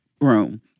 room